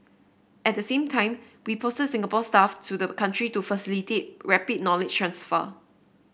at the same time we posted Singapore staff to the country to facilitate rapid knowledge transfer